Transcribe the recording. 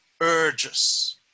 urges